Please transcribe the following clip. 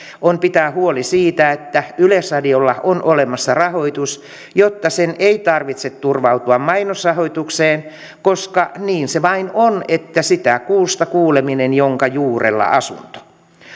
on pitää huoli siitä että yleisradiolla on olemassa rahoitus jotta sen ei tarvitse turvautua mainosrahoitukseen koska niin se vain on että sitä kuusta kuuleminen jonka juurella asut